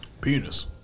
Penis